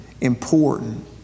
important